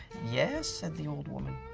yes, said the old woman.